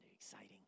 exciting